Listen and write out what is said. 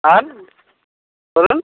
আর বলুন